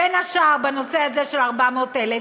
בין השאר בנושא הזה של ה-400,000,